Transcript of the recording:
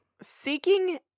Seeking